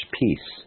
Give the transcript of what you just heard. peace